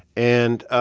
and